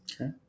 Okay